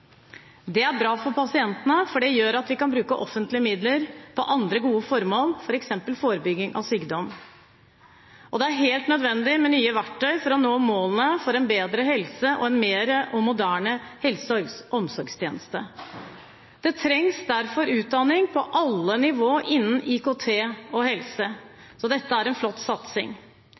Det er bra for pasientene, for det gjør at vi kan bruke offentlige midler på andre gode formål, f.eks. forebygging av sykdom. Det er helt nødvendig med nye verktøy for å nå målene for en bedre helse og en mer moderne helse- og omsorgstjeneste. Det trengs derfor utdanning på alle nivå innen IKT og helse, så dette er en flott satsing.